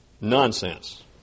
Nonsense